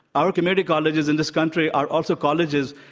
our community colleges in this country are also colleges,